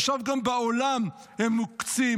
עכשיו גם בעולם הם מוקצים.